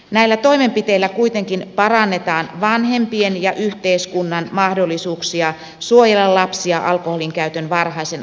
näillä toimenpiteillä kuitenkin parannetaan vanhempien ja yhteiskunnan mahdollisuuksia suojella lapsia alkoholinkäytön varhaisen aloittamisen haitoilta